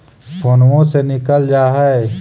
फोनवो से निकल जा है?